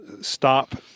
Stop